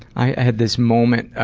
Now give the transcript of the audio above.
i had this moment